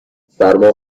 سرما